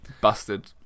Busted